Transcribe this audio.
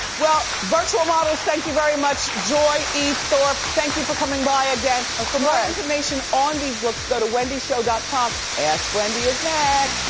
well virtual models, thank you very much. joy e. thorpe, thank you for coming by again. for more information on these looks, go to wendyshow com, ask wendy is next.